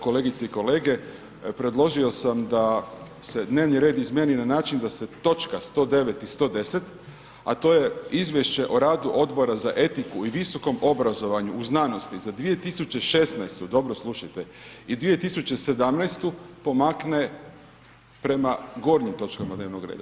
Kolegice i kolege, predložio sam da se dnevni red izmijeni na način da se točka 109. i 110., a to je Izvješće o radu Odbora za etiku i visokom obrazovanju u znanosti za 2016., dobro slušajte i 2017. pomakne prema gornjim točkama dnevnog reda.